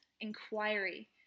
inquiry